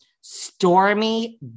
Stormy